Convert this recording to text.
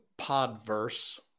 podverse